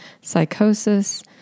psychosis